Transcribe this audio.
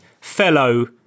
fellow